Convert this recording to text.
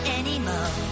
anymore